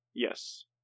Yes